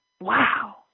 wow